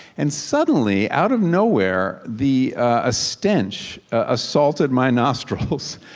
and suddenly out of nowhere, the ah stench assaulted my nostrils,